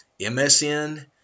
MSN